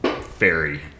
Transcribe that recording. fairy